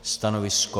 Stanovisko?